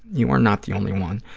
you are not the only one.